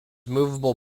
movable